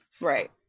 Right